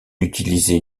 utilisait